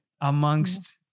amongst